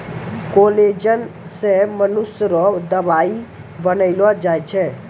collagen से मनुष्य रो दवाई बनैलो जाय छै